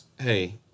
Hey